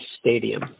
Stadium